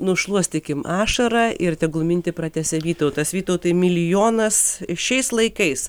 nušluostykim ašarą ir tegul mintį pratęsia vytautas vytautai milijonas šiais laikais